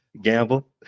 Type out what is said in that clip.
gamble